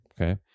Okay